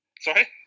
Sorry